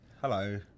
Hello